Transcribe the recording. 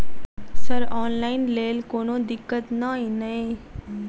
Sir online लैल कोनो दिक्कत न ई नै?